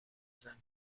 زنه